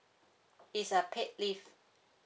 it's a paid leave